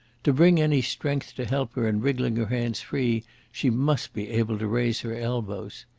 to bring any strength to help her in wriggling her hands free she must be able to raise her elbows.